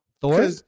Thor